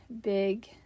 big